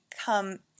come